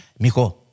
Mijo